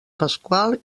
pasqual